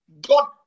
God